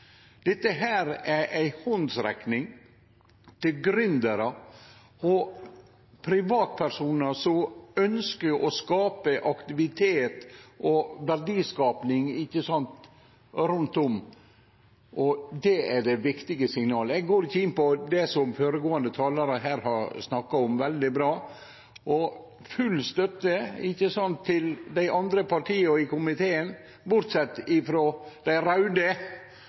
Dette er ei handsrekning til gründerar og privatpersonar som ønskjer å skape aktivitet og verdiar. Det er det viktige signalet. Eg går ikkje inn på det som føregåande talarar har snakka veldig bra om, og gjev full støtte til dei andre partia i komiteen – sett bort frå dei raude,